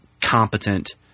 competent